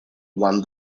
won